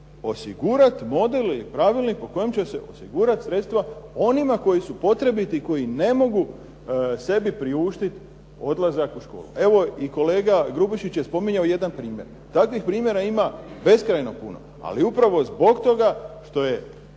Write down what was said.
osigurat model i pravilnik po kojem će se osigurati sredstva onima koji su potrebiti, koji ne mogu sebi priuštiti odlazak u školu. Evo, i kolega Grubišić je spominjao jedan primjer. Takvih primjera ima beskrajno puno. Ali upravo zbog toga što je